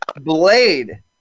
Blade